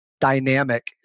dynamic